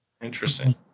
Interesting